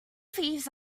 thieves